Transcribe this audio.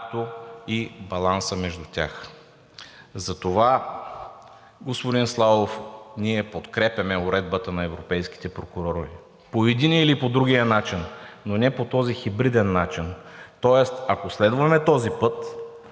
както и баланса между тях.“ Затова, господин Славов, ние подкрепяме уредбата на европейските прокурори по единия или другия начин, но не по този хибриден начин. Тоест, ако следваме този път,